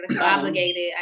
obligated